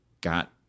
got